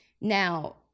Now